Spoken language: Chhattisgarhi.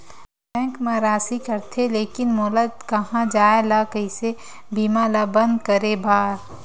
बैंक मा राशि कटथे लेकिन मोला कहां जाय ला कइसे बीमा ला बंद करे बार?